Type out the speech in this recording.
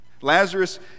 Lazarus